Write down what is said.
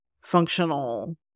functional